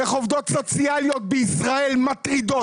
איך עובדות סוציאליות בישראל מטרידות,